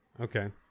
Okay